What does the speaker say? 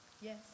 Yes